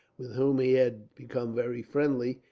with whom he had become very friendly,